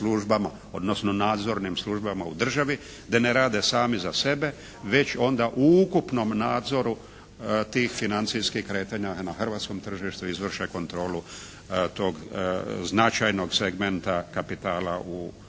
odnosno nadzornim službama u državi, da ne rade sami za sebe već onda u ukupnom nadzoru tih financijskih kretanja na hrvatskom tržištu izvrše kontrolu tog značajnog segmenta kapitala u društvu.